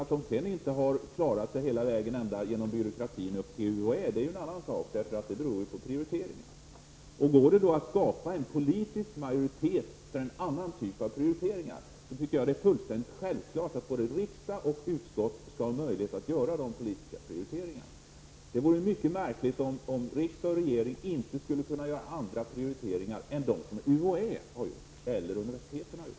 Att de sedan inte har klarat sig hela vägen genom byråkratin upp till UHÄ är en annan sak — det beror på prioriteringarna. Går det då att skapa en politisk majoritet för en annan typ av prioriteringar, så tycker jag att det är fullständigt självklart att både riksdag och utskott skall ha möjlighet att göra de politiska prioriteringarna. Det vore mycket märkligt om riks dag och regering inte skulle kunna göra andra prioriteringar än de UHÄ eller universiteten har gjort.